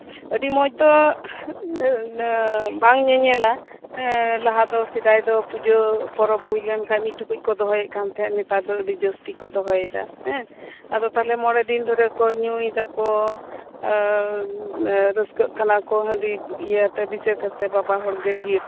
ᱟᱹᱰᱤ ᱢᱚᱸᱡ ᱫᱚ ᱵᱟᱝ ᱧᱮᱧᱮᱞᱟ ᱦᱮᱸ ᱮᱸ ᱞᱟᱦᱟ ᱫᱚ ᱥᱮᱫᱟᱭ ᱫᱚ ᱯᱩᱡᱟᱹ ᱯᱚᱨᱚᱵ ᱦᱩᱭ ᱞᱮᱱᱠᱷᱟᱱ ᱢᱤᱫ ᱴᱩᱠᱩᱡ ᱠᱚ ᱫᱚᱦᱚᱭᱮᱫ ᱠᱟᱱ ᱛᱟᱸᱦᱮᱡ ᱱᱮᱛᱟᱨ ᱫᱚ ᱟᱹᱰᱤ ᱡᱟᱹᱥᱛᱤ ᱠᱚ ᱫᱚᱦᱚᱭᱮᱫᱟ ᱦᱮᱸ ᱟᱫᱚ ᱛᱟᱞᱦᱮ ᱢᱚᱬᱮ ᱫᱤᱱ ᱫᱷᱚᱨᱮ ᱠᱚ ᱧᱩᱭᱮᱫᱟ ᱠᱚ ᱟᱨ ᱨᱟᱹᱥᱠᱟᱹᱜ ᱠᱟᱱᱟ ᱠᱚ ᱦᱟᱺᱰᱤ ᱤᱭᱟᱹ ᱵᱤᱥᱮᱥ ᱠᱟᱨᱛᱮ ᱵᱟᱵᱟ ᱦᱚᱲ ᱜᱚ ᱰᱷᱤᱨ